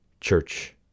church